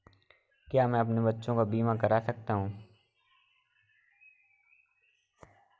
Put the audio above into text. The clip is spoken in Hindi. क्या मैं अपने बच्चों का बीमा करा सकता हूँ?